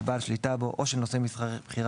של בעל שליטה בו או של נושא משרה בכירה